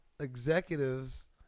executives